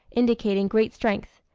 indicating great strength.